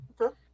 Okay